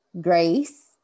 Grace